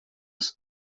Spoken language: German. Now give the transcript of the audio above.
ist